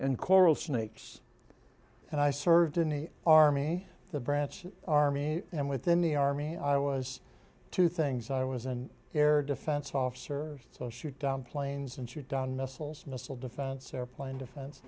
and coral snakes and i served in the army the branch army and within the army i was two things i was an air defense officer so shoot down planes and shoot down missiles missile defense airplane defen